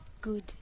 good